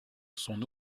son